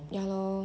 ya lor